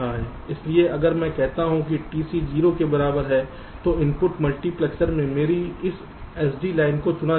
इसलिए अगर मैं कहता हूं कि TC 0 के बराबर है तो इनपुट मल्टीप्लेक्सर में मेरी इस SD लाइन को चुना जाएगा